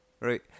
Right